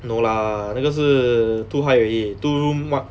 no lah 那个是 too high already two room mark